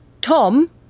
Tom